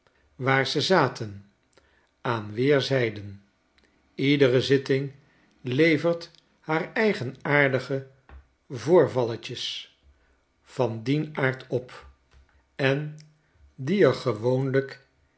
waar ze zaten aan weerzijden iedere zitting levert haar eigenaardige voorvalletjes van dien aard op en die er gewoonlijk